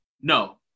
No